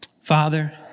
Father